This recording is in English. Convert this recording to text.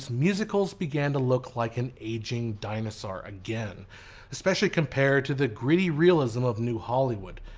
musicals began to look like an aging dinosaur again especially compared to the gritty realism of new hollywood.